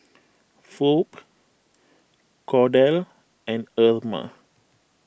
Phoebe Kordell and Irma